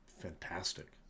Fantastic